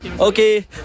Okay